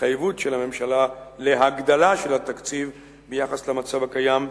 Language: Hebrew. התחייבות של הממשלה להגדלה של התקציב ביחס למצב הקיים,